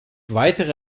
weitere